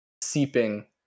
seeping